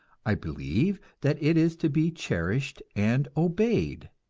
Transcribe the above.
i believe that it is to be cherished and obeyed,